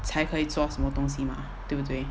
才可以做什么东西嘛对不对